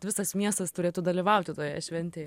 visas miestas turėtų dalyvauti toje šventėje